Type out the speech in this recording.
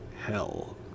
Hell